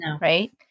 right